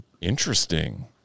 Interesting